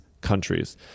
countries